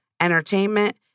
entertainment